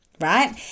right